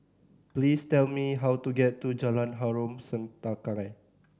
please tell me how to get to Jalan Harom Setangkai